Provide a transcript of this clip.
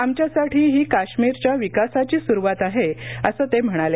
आमच्यासाठी ही काश्मीरच्या विकासाची सुरूवात आहे असं ते म्हणाले